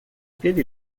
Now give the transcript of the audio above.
piedi